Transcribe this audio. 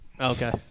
Okay